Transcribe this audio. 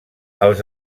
els